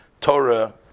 Torah